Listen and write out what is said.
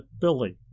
billy